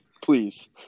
please